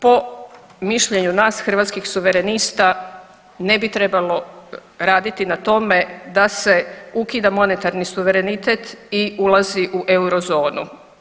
Po mišljenju nas Hrvatskih suverenista ne bi trebalo raditi na tome da se ukida monetarni suverenitet i ulazi u Eurozonu.